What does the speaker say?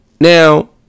Now